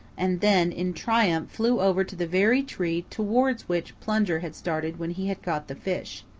and then in triumph flew over to the very tree towards which plunger had started when he had caught the fish.